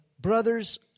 Brothers